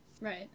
Right